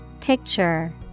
Picture